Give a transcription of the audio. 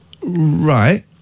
Right